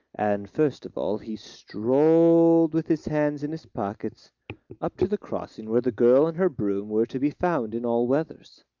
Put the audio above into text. and first of all he strolled with his hands in his pockets up to the crossing, where the girl and her broom were to be found in all weathers.